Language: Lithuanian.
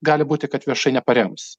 gali būti kad viešai neparems